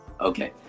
Okay